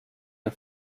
and